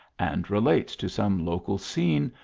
and relates to some local scene,